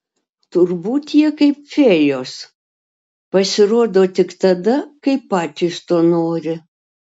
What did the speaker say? turbūt jie kaip fėjos pasirodo tik tada kai patys to nori